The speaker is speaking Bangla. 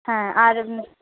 হ্যাঁ আর